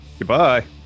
Goodbye